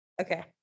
Okay